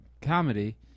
comedy